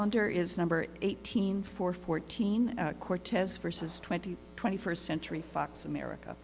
here is number eighteen for fourteen cortez for says twenty twenty first century fox america